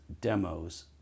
demos